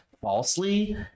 falsely